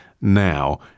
now